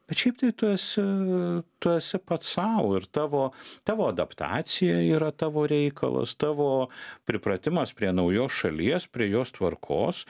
bet šiaip tai tu esi tu esi pats sau ir tavo tavo adaptacija yra tavo reikalas tavo pripratimas prie naujos šalies prie jos tvarkos